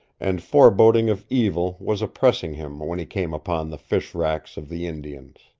and foreboding of evil was oppressing him when he came upon the fish-racks of the indians.